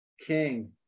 King